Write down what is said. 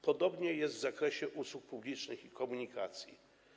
Podobnie jest w zakresie usług publicznych i komunikacji.